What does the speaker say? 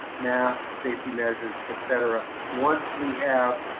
masks, safety measures, et cetera, once we have